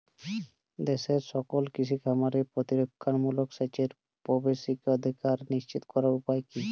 দেশের সকল কৃষি খামারে প্রতিরক্ষামূলক সেচের প্রবেশাধিকার নিশ্চিত করার উপায় কি?